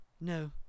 No